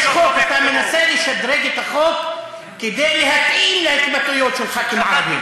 אתה מנסה לשדרג את החוק כדי להתאים להתבטאויות של ח"כים ערבים.